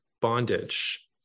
bondage